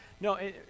No